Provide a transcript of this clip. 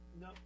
No